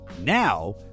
Now